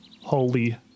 holy